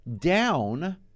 down